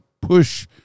push